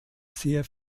sehr